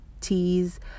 teas